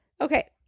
okay